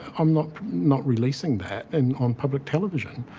um not not releasing that and on public television.